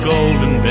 Golden